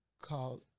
called